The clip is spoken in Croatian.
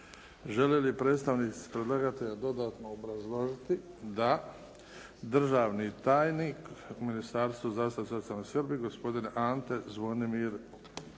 Žele li predstavnici predlagatelja dodatno obrazložiti? Da. Državni tajnik u Ministarstva zdravstva i socijalne skrbi gospodin Ante Zvonimir